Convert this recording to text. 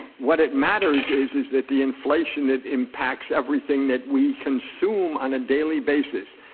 what it matters is is that the inflation that impacts everything that we consume on a daily basis,